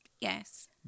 Yes